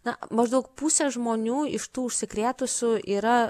na maždaug pusė žmonių iš tų užsikrėtusių yra